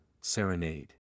Serenade